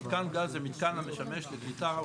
מתקן גז זה מתקן המשמש לקליטה,